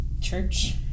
church